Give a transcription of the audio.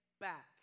back